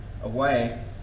away